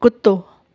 कुत्तो